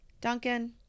Duncan